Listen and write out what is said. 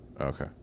Okay